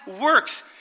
works